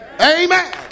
Amen